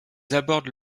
abordent